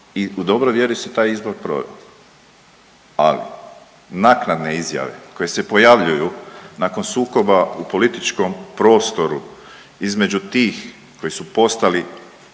i u dobroj vjeri se taj izbor proveo, ali naknade izjave koje se pojavljuju nakon sukoba u političkom prostoru između tih koji su postali